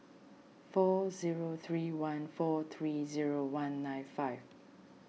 four zero three one four three zero one nine five